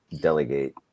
delegate